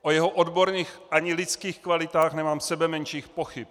O jeho odborných ani lidských kvalitách nemám sebemenších pochyb.